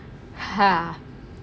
ah